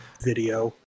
video